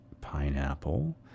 pineapple